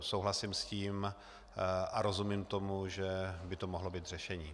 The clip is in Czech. Souhlasím s tím a rozumím tomu, že by to mohlo být řešení.